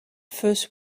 first